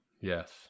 Yes